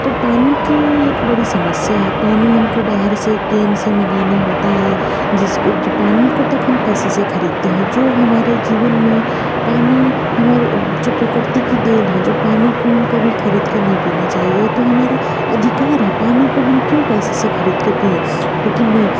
तो पानी की एक बड़ी समस्या है पानी हम को बाहार से केन से मँगाना होता है जिस जो पानी को तक हम पैसे से ख़रीदते है जो हमारे जीवन में पानी हमारे जो प्रक्रृति की देन है जो पानी को हम कभी ख़रीद के नहीं पिना चाहिए तो हमारा अधिकार है पानी को हम क्यों पैसे ख़रीद के पिए है लेकिन नहीं